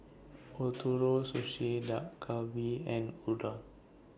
Ootoro Sushi Dak Galbi and Udon